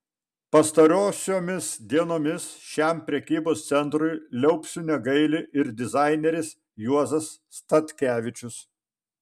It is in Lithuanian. pastarosiomis dienomis šiam prekybos centrui liaupsių negaili ir dizaineris juozas statkevičius